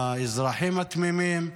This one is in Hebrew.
האזרחים התמימים,